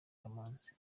kamanzi